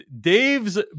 Dave's